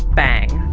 bang